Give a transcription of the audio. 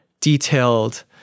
detailed